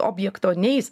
objekto neis